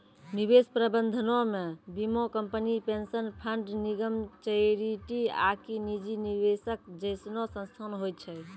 निवेश प्रबंधनो मे बीमा कंपनी, पेंशन फंड, निगम, चैरिटी आकि निजी निवेशक जैसनो संस्थान होय छै